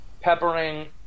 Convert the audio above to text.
peppering